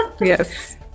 Yes